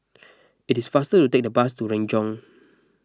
it is faster to take the bus to Renjong